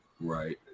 right